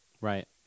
Right